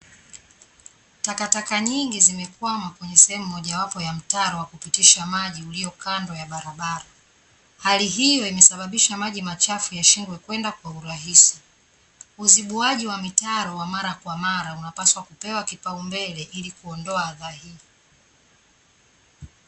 Takataka nyingi zimekwama kwenye sehemu moja wapo ya mtaro wa kupitisha maji ulio kando ya barabara, hali hiyo imesababisha maji machafu yashindwe kwenda kwa urahisi. uzibuaji wa mitaro wa mara kwa mara unapaswa kupewa kipaumbele ili kuondoa hadha hii.